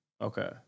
Okay